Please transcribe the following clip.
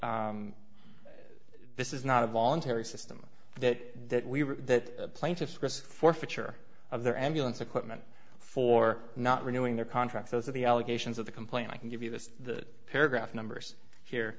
that this is not a voluntary system that we were that the plaintiffs risk forfeiture of their ambulance equipment for not renewing their contracts those are the allegations of the complaint i can give you the paragraph numbers here